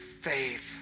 faith